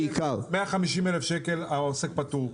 150 אלף שקל עוסק פטור,